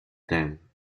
them